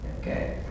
Okay